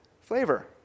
flavor